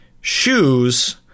shoes